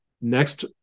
next